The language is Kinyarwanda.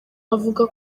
avuga